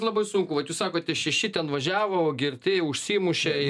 labai sunku vat jūs sakote šeši ten važiavo girti užsimušė